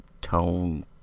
tone